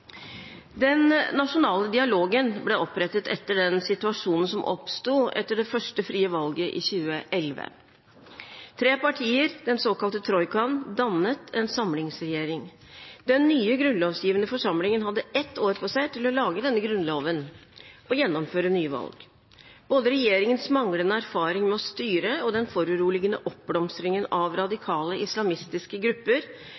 Den nasjonale dialogen ble opprettet etter den situasjonen som oppsto etter det første frie valget i 2011. Tre partier, den såkalte troikaen, dannet en samlingsregjering. Den nye grunnlovgivende forsamlingen hadde ett år på seg til å lage en grunnlov og å gjennomføre nyvalg. Både regjeringens manglende erfaring med å styre og den foruroligende oppblomstringen av radikale islamistiske grupper